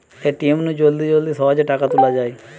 ATM নু জলদি জলদি সহজে টাকা তুলা যায়